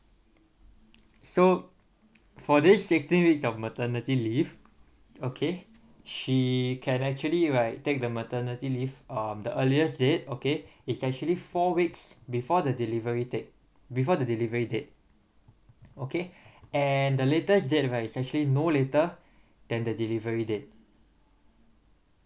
so for this sixteen weeks of maternity leave okay she can actually right take the maternity leave um the earliest date okay it's actually four weeks before the delivery date before the delivery date okay and the latest date ah it is actually no later than the delivery date